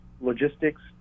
logistics